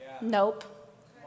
Nope